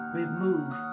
remove